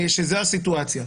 שזו הסיטואציה.